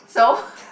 so